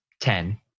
ten